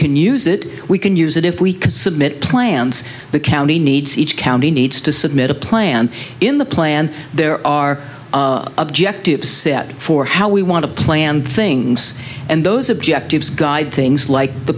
can use it we can use it if we can submit plans the county needs each county needs to submit a plan in the plan there are objective set for how we want to plan things and those objectives guide things like the